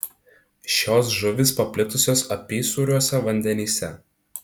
šios žuvys paplitusios apysūriuose vandenyse